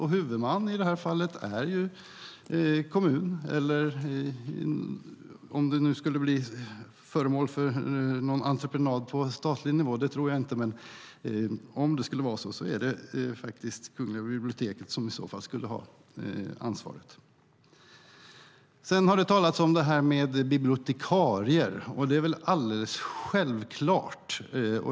Och huvudman i det här fallet är ju kommunerna, eller om det skulle bli fråga om någon entreprenad på statlig nivå - det tror jag inte - skulle det i så fall faktiskt vara Kungliga biblioteket som skulle ha ansvaret. Sedan har det talats om bibliotekarier. Det är väl alldeles självklart.